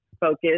focus